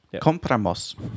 compramos